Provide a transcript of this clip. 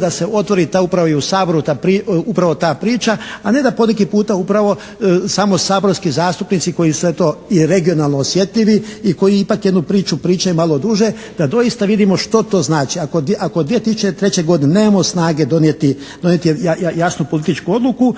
da se otvori ta upravo i u Saboru, upravo ta priča, a ne da poneki puta upravo samo saborski zastupnici koji sve to i regionalni osjetljivi i koji ipak jednu priču pričaju malo duže da doista vidimo što to znači. Ako 2003. godine nemamo snage donijeti jasnu političku odluku,